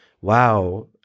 wow